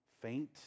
faint